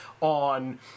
on